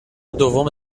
دوم